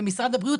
במשרד הבריאות,